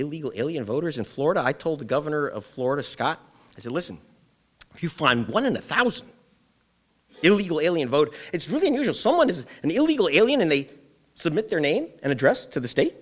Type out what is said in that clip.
illegal alien voters in florida i told the governor of florida scott is a listen if you find one in a thousand illegal alien vote it's really unusual someone is an illegal alien and they submit their name and address to the state